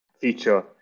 feature